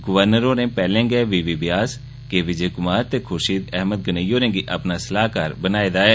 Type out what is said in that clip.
governor होरें पैहले गै बी वी व्यास के विजय कुमार ते खुर्शीद अहमद गनई होरें गी अपना सलाहकार बनाए दा ऐ